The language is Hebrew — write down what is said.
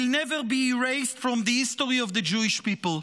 never be erased from the history of the Jewish people.